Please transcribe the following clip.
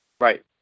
Right